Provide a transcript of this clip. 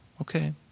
Okay